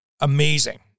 amazing